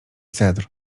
cedr